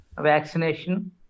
vaccination